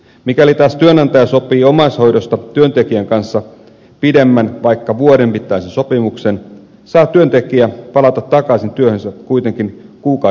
mikäli taas työnantaja sopii omaishoidosta työntekijän kanssa pidemmän vaikka vuoden mittaisen sopimuksen saa työntekijä kuitenkin palata takaisin työhönsä kuukauden varoitusajalla